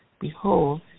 behold